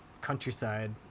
countryside